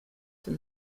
from